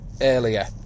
earlier